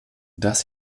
dass